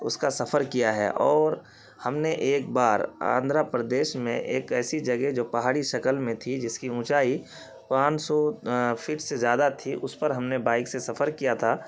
اس کا سفر کیا ہے اور ہم نے ایک بار آندھرا پردیش میں ایک ایسی جگہ جو پہاڑی شکل میں تھی جس کی اونچائی پانچ سو فٹ سے زیادہ تھی اس پر ہم نے بائک سے سفر کیا تھا